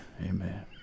Amen